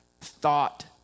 thought